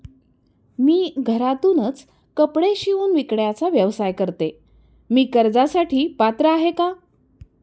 मी घरातूनच कपडे शिवून विकण्याचा व्यवसाय करते, मी कर्जासाठी पात्र आहे का?